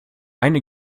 eine